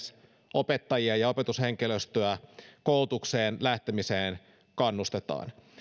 opettajia ja opetushenkilöstöä koulutukseen lähtemiseen edes kannustetaan